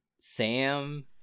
sam